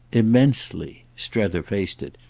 immensely. strether faced it.